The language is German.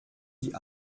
die